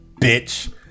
bitch